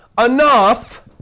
enough